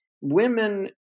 women